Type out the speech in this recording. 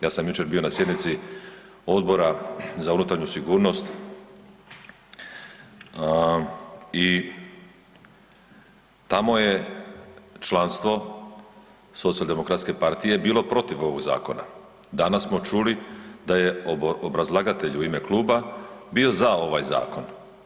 Ja sam jučer bio na sjednici Odbora za unutarnju sigurnost i tamo je članstvo SDP-a bilo protiv ovog zakona, danas smo čuli da je obrazlagatelj u ime kluba bio za ovaj zakon.